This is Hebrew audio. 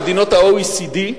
במדינות ה-OECD,